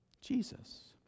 Jesus